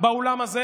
באולם הזה,